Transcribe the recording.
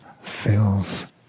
fills